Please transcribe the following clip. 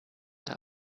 der